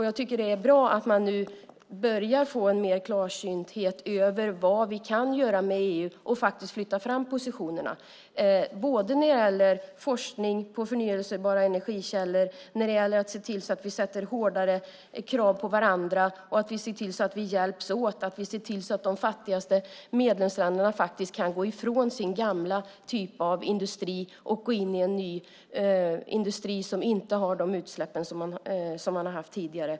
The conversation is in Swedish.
Jag tycker att det är bra att man nu börjar få en större klarsynthet när det gäller vad vi kan göra med EU och att man faktiskt flyttar fram positionerna både när det gäller forskning om förnybara energikällor och när det gäller att se till att vi ställer hårdare krav på varandra. Vi ser till att vi hjälps åt. Vi ser till att de fattigaste medlemsländerna faktiskt kan gå ifrån sin gamla typ av industri och gå in i en ny industri som inte har de utsläpp som man har haft tidigare.